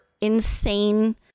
insane